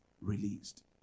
released